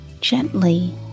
gently